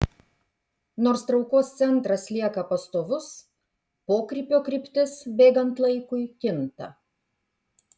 nors traukos centras lieka pastovus pokrypio kryptis bėgant laikui kinta